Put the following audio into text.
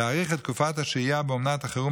להאריך את תקופת השהייה באומנת החירום